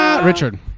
Richard